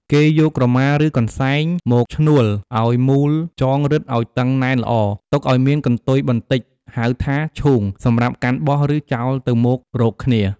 គេយកក្រមារឺកន្សែងមកឆ្នូលអោយមូលចងរិតអោយតឹងណែនល្អ ទុកអោយមានកន្ទុយបន្ដិចហៅថា «ឈូង» សំរាប់កាន់បោះរឺចោលទៅមករកគ្នា។